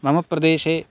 मम प्रदेशे